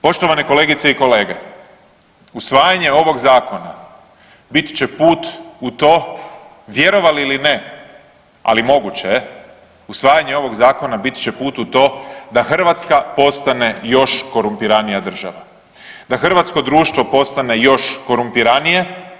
Poštovane kolegice i kolege, usvajanje ovog zakona bit će put u to vjerovali ili ne ali moguće je, usvajanje ovog zakona bit će put u to da Hrvatska postane još korumpiranija država, da hrvatsko društvo postane još korumpiranije.